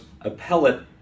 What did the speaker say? appellate